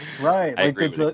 Right